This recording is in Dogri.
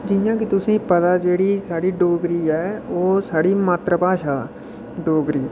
जि'यां के तुसें ई पता जेह्ड़ी साढ़ी डोगरी ऐ ओह् साढ़ी मात्तर भाशा डोगरी